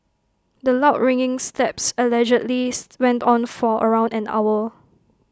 the loud ringing slaps allegedly went on for around an hour